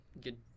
good